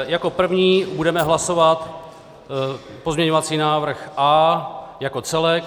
Jako první budeme hlasovat pozměňovací návrh A jako celek.